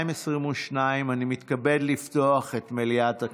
אני מתכבד לפתוח מליאת הכנסת.